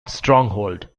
stronghold